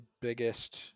biggest